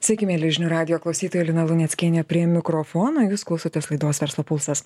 sveiki mieli žinių radijo klausytojai lina luneckienė prie mikrofono jūs klausotės laidos verslo pulsas